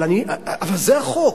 אבל זה החוק.